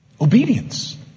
Obedience